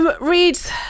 Reads